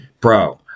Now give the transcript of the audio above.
Bro